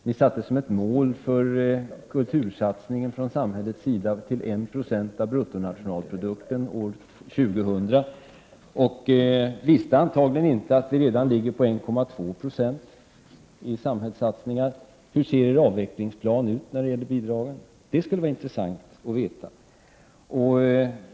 Ni satte som ett mål för kultursatsningen från samhällets sida att nå upp till 1 96 av bruttonationalprodukten år 2000, och ni visste antagligen inte att vi redan ligger på 1,2 Jo i samhällssatsningar. Hur ser er avvecklingsplan ut beträffande bidragen? Det skulle vara intressant att veta.